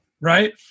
Right